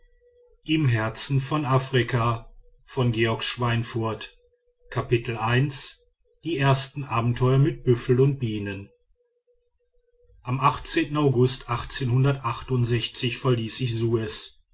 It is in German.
die ersten abenteuer mit büffel und bienen am august verließ ich